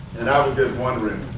and i was just wondering,